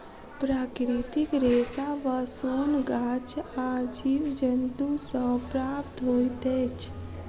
प्राकृतिक रेशा वा सोन गाछ आ जीव जन्तु सॅ प्राप्त होइत अछि